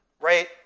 right